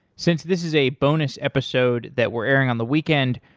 since this is a bonus episode that we're airing on the weekend,